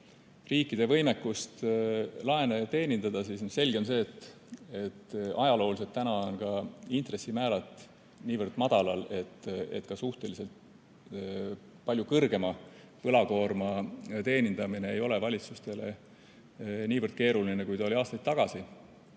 riikide võimekust laene teenindada, siis selge on see, et täna on intressimäärad niivõrd madalad, et ka suhteliselt palju kõrgema võlakoorma teenindamine ei ole valitsustele niivõrd keeruline, kui ta oli aastaid tagasi.